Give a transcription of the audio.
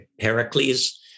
Heracles